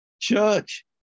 Church